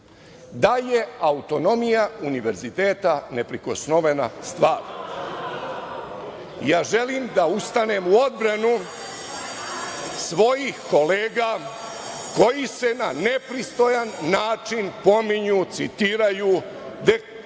da je autonomija Univerziteta neprikosnovena stvar, ja želim da ustanem u odbranu svojih kolega koji se na nepristojan način pominju, citiraju, etiketiraju